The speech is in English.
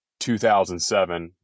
2007